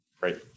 Great